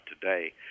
today